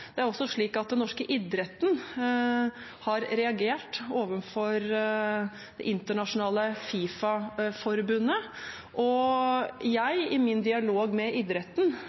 Det er også slik at den norske idretten har reagert overfor Det internasjonale fotballforbundet, FIFA. Jeg er i min dialog med idretten